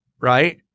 right